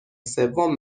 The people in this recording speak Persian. سوم